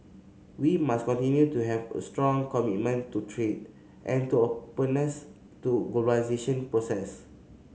we must continue to have a strong commitment to trade and to openness to globalisation process